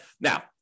Now